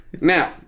Now